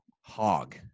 Hog